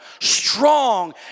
strong